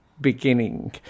beginning